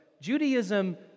Judaism